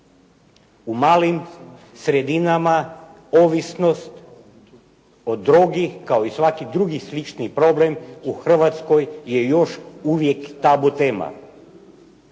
U malim sredinama ovisnost o drogi kao i svaki drugi slični problem u Hrvatskoj je još uvijek tabu tema,